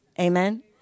Amen